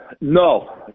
No